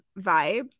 vibe